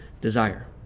desire